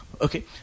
Okay